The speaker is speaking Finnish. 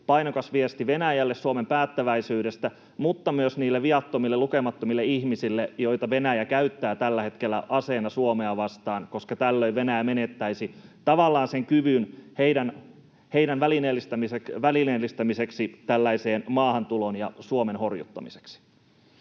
painokas viesti Venäjälle Suomen päättäväisyydestä, mutta myös niille viattomille, lukemattomille ihmisille, joita Venäjä käyttää tällä hetkellä aseena Suomea vastaan, koska tällöin Venäjä menettäisi tavallaan sen kyvyn heidän välineellistämiseensä tällaiseen maahantuloon ja Suomen horjuttamiseen.